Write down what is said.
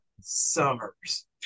Summers